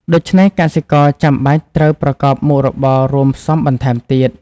ដូច្នេះកសិករចាំបាច់ត្រូវប្រកបមុខរបររួមផ្សំបន្ថែមទៀត។